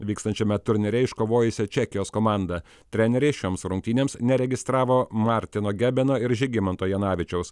vykstančiame turnyre iškovojusia čekijos komanda treneriai šioms rungtynėms neregistravo martino gebeno ir žygimanto janavičiaus